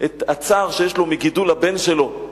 את הצער שיש לו מגידול הבן שלו.